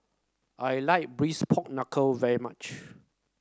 I like Braised Pork Knuckle very much